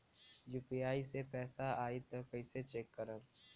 UPI से पैसा आई त कइसे चेक खरब?